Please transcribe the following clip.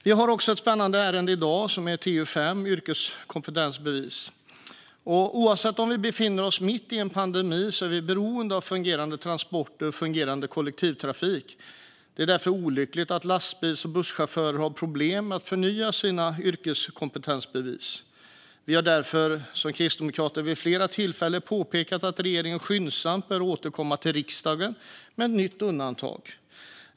Vi har ett spännande ärende i dag, nämligen TU5 som handlar om yrkeskompetensbevis. Oavsett om vi befinner oss mitt i en pandemi eller inte är vi beroende av fungerande transporter och fungerande kollektivtrafik. Det är därför olyckligt att lastbils och busschaufförer har problem att förnya sina yrkeskompetensbevis. Vi i Kristdemokraterna har därför vid flera tillfällen påpekat att regeringen skyndsamt bör återkomma till riksdagen med ett nytt undantag.